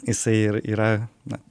jisai ir yra na